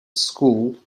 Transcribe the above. school